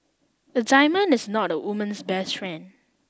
a diamond is not a woman's best friend